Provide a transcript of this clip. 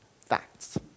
facts